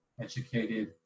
educated